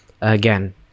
Again